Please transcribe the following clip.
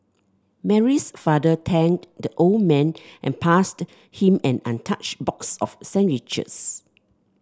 Mary's father thanked the old man and passed him an untouched box of sandwiches